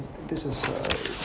this is uh